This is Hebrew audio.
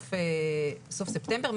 בסוף ספטמבר,